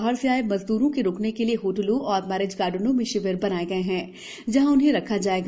बाहर से आए मजदूरों के रुकने के लिए होटलों मैरिज गार्डनों में शिविर बनाए गए हैं जहां इन्हें रखा जाएगा